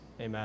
Amen